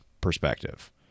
perspective